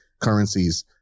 currencies